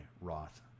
Roth